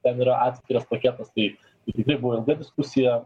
ten yra atskiras paketas tai tai tokia buvo ilga diskusija